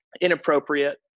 inappropriate